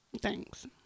Thanks